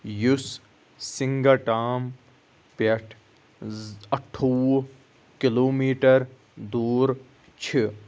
یُس سِنٛگا ٹامب پٮ۪ٹھ زٕ اَٹھووُہ کِلوٗمیٖٹَر دوٗر چھِ